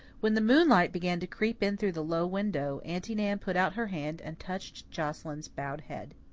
when the moonlight began to creep in through the low window, aunty nan put out her hand and touched joscelyn's bowed head.